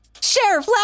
Sheriff